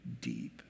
deep